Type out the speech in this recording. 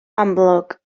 amlwg